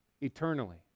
eternally